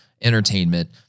entertainment